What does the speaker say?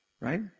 right